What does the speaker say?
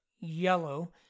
yellow